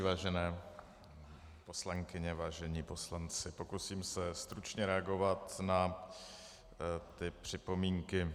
Vážené poslankyně, vážení poslanci, pokusím se stručně reagovat na ty připomínky.